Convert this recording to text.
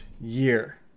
year